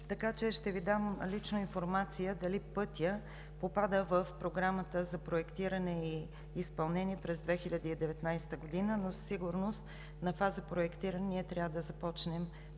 така че ще Ви дам лично информация дали пътят попада в Програмата за проектиране и изпълнение през 2019 г., но със сигурност на фаза проектиране трябва да започнем